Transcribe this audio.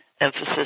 emphasis